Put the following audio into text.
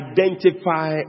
Identify